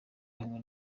hamwe